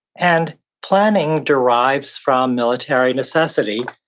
and planning derives from military necessity.